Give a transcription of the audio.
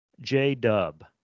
J-Dub